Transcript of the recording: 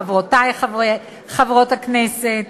חברותי חברות הכנסת,